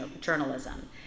journalism